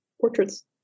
portraits